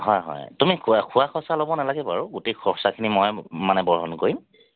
হয় হয় তুমি খোৱাৰ খৰচা ল'ব নালাগে বাৰু গোটেই খৰচাখিনি মই মানে বহন কৰিম